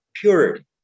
purity